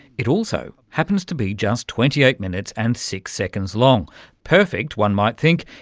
it also happens to be just twenty eight minutes and six seconds long perfect, one might think,